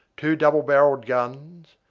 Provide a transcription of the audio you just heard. two double-barrelled guns,